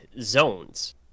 zones